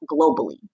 globally